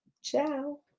Ciao